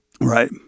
Right